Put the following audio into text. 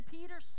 Peter